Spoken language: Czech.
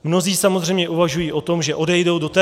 Mnozí samozřejmě uvažují o tom, že odejdou do terénu.